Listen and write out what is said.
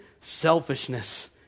selfishness